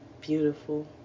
beautiful